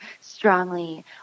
strongly